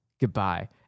goodbye